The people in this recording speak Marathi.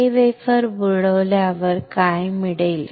हे वेफर बुडवल्यावर काय मिळेल